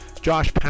josh